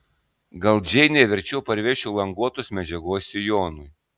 gal džeinei verčiau parvešiu languotos medžiagos sijonui